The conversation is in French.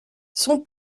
son